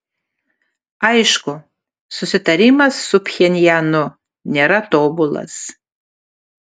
aišku susitarimas su pchenjanu nėra tobulas